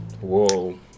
Whoa